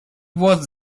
was